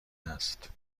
است